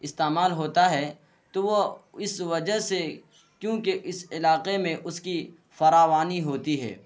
استعمال ہوتا ہے تو وہ اس وجہ سے کیونکہ اس علاقے میں اس کی فراوانی ہوتی ہے